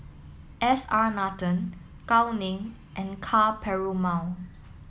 S R Nathan Gao Ning and Ka Perumal